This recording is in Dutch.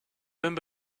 hun